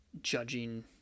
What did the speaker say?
judging